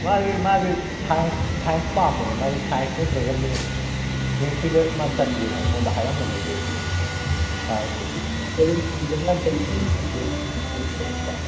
ꯃꯥꯁꯦ ꯃꯥꯁꯦ science science ꯄꯥꯝꯕꯅꯦ ꯃꯥꯁꯦ ꯁꯥꯏꯟꯁ ꯅꯠꯇ꯭ꯔꯒ ꯃꯦꯠꯁ ꯃꯦꯠꯁꯤꯗ ꯃꯥ ꯆꯟꯒꯦꯅ ꯑꯩꯉꯣꯟꯗ ꯍꯥꯏꯔꯝꯕꯅꯤ ꯑꯗꯨ ꯁꯤ ꯀꯣꯂꯦꯖꯀꯤꯗꯅ ꯀꯔꯤ ꯀꯔꯤ